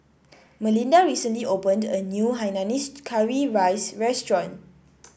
Melinda recently opened a new Hainanese Curry Rice restaurant